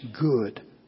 good